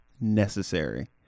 necessary